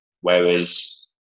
Whereas